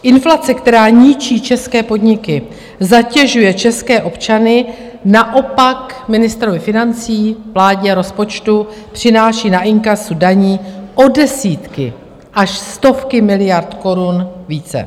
Inflace, která ničí české podniky, zatěžuje české občany, naopak ministrovi financí, vládě, rozpočtu, přináší na inkasu daní o desítky až stovky miliard korun více.